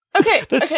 okay